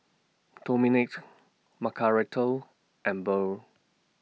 Domenic Margaretha and Burr